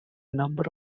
number